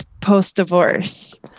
post-divorce